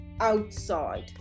outside